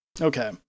Okay